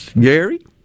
Gary